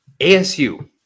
ASU